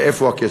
מאיפה הכסף?